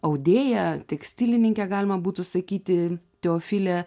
audėja tekstilininkė galima būtų sakyti teofilė